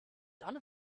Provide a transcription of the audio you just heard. done